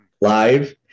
live